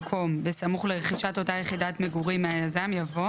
במקום "בסמוך לרכישת אותה יחידת מגורים מהיזם" יבוא